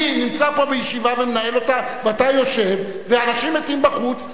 אני נמצא פה בישיבה ומנהל אותה ואתה יושב ואנשים מתים בחוץ,